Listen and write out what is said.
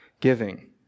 giving